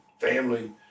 family